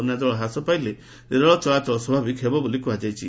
ବନ୍ୟା ଜଳ ହ୍ରାସ ପାଇଲେ ରେଳ ଚଳାଚଳ ସ୍ୱାଭାବିକ ହେବ ବୋଲି କୁହାଯାଇଛି